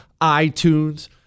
iTunes